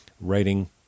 writing